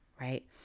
right